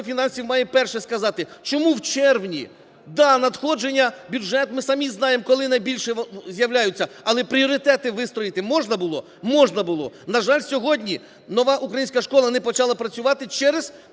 фінансів має першим сказати, чому в червні…да, надходження в бюджет, ми самі знаємо, коли найбільше з'являються, але пріоритети вистроїти можна було? Можна було. На жаль, сьогодні "Нова українська школа" не почала працювати через